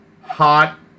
hot